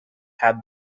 had